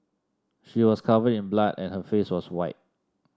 she was covered in blood and her face was white